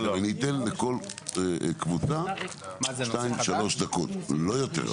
אני אתן לכל קבוצה שתיים שלוש דקות לא יותר,